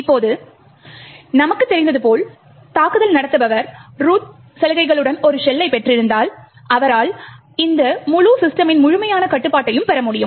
இப்போது நமக்கு தெரிந்தது போல் தாக்குதல் நடத்துபவர் ரூட் சலுகைகளுடன் ஒரு ஷெல்லை பெற்றிந்தால் அவரால் இந்த முழு சிஸ்டமின் முழுமையான கட்டுப்பாட்டையும் பெற முடியும்